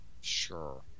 Sure